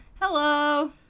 Hello